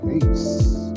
Peace